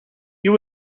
you